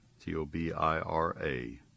T-O-B-I-R-A